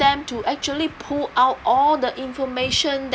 them to actually pull out all the information